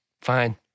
Fine